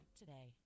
today